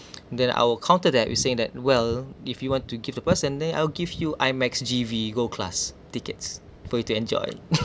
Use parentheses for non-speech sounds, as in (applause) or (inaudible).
(noise) then I will counter that with saying that well if you want to give the person then I will give you IMAX G_V gold class tickets for you to enjoy (laughs)